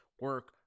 Work